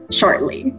Shortly